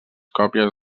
còpies